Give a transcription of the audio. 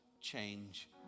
change